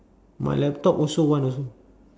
my laptop also one also